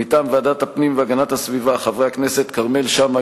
מטעם ועדת הפנים והגנת הסביבה: חברי הכנסת כרמל שאמה,